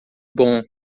bom